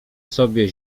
sobie